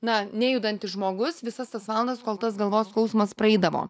na nejudantis žmogus visas tas valandas kol tas galvos skausmas praeidavo